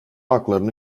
aklarını